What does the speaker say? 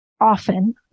often